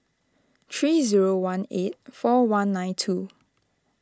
three zero one eight four one nine two